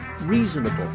reasonable